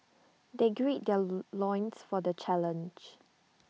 they gird their loins for the challenge